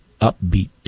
upbeat